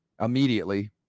immediately